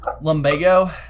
Lumbago